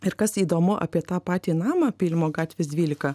ir kas įdomu apie tą patį namą pylimo gatvės dvylika